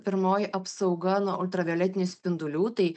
pirmoji apsauga nuo ultravioletinių spindulių tai